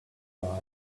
flight